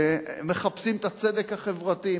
מחפשים את הצדק החברתי,